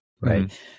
Right